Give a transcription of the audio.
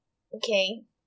okay